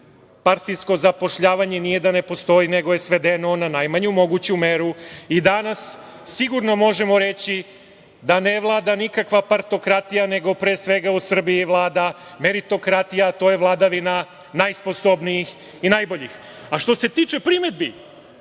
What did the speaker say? partijsko zapošljavanje nije da ne postoji, nego je svedeno na najmanju moguću meru i danas sigurno možemo reći da ne vlada nikakva partokratija, nego pre svega u Srbiji vlada meritokratija. To je vladavina najsposobnijih i najboljih. Što se tiče primedbi